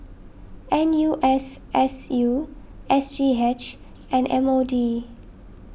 N U S S U S G H and M O D